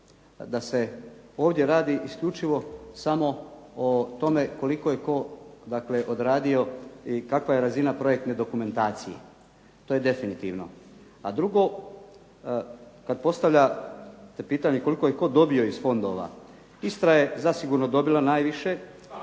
Da se ovdje radi isključivo samo o tome koliko je tko odradio i kakva je razina projektne dokumentacije. To je definitivno. A drugo, kad postavljate pitanje koliko je tko dobio iz fondova, Istra je zasigurno dobila najviše